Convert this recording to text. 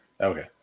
Okay